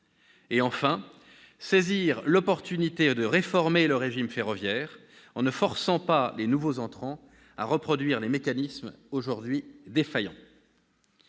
; enfin, saisir l'opportunité de réformer le régime ferroviaire en ne forçant pas les nouveaux entrants à reproduire les mécanismes aujourd'hui défaillants.